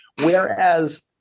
Whereas